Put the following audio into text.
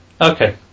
okay